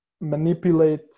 manipulate